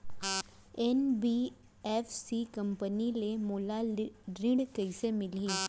NBFC company ले मोला ऋण कइसे मिलही?